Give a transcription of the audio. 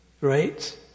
right